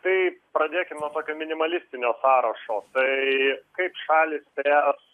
tai pradėkim nuo tokio minimalistinio sąrašo tai kai šalys spręs